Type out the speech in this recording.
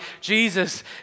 Jesus